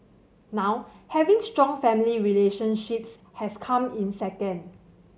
now having strong family relationships has come in second